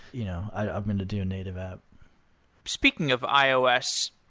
you know i'm going to do a native app speaking of ios,